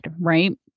Right